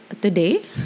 today